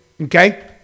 okay